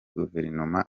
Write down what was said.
guverinoma